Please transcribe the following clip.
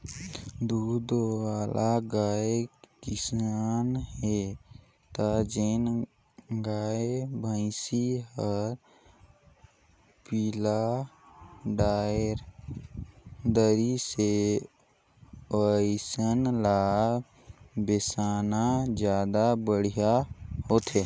दूद वाला गाय बिसाना हे त जेन गाय, भइसी हर पिला डायर दारी से ओइसन ल बेसाना जादा बड़िहा होथे